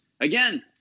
again